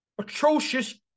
Atrocious